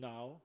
Now